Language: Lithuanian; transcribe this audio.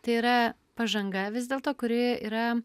tai yra pažanga vis dėlto kuri yra